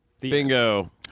Bingo